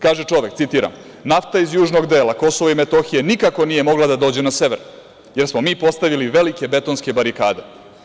Kaže čovek, citiram – nafta iz južnog dela Kosova i Metohije nikako nije mogla da dođe na sever, jer smo mi postavili velike betonske barikade.